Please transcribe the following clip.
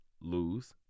lose